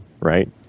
right